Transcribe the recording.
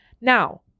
Now